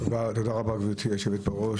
תודה רבה גבירתי יושבת-הראש,